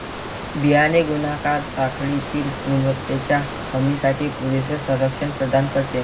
बियाणे गुणाकार साखळीतील गुणवत्तेच्या हमीसाठी पुरेसे संरक्षण प्रदान करते